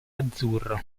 azzurro